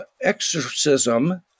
exorcism